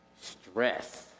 stress